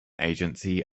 agency